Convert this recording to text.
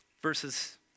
Verses